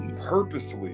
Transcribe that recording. purposely